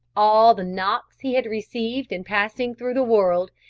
all the knocks he had received in passing through the world,